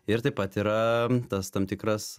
ir taip pat yra tas tam tikras